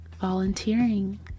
volunteering